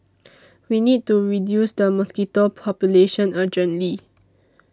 we need to reduce the mosquito population urgently